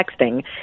texting